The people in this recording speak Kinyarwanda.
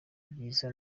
byiza